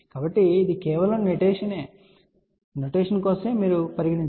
కాబట్టి ఇది కేవలం నోటేషన్ యొక్క విషయం గా పరిగణించండి